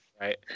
right